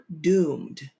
doomed